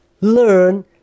learn